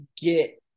get